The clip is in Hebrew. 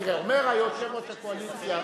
אומר יושב-ראש הקואליציה,